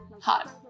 hot